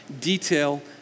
detail